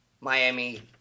Miami